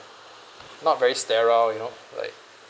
not very sterile you know like